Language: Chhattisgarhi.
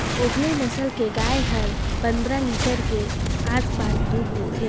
ओन्गेले नसल के गाय हर पंद्रह लीटर के आसपास दूद देथे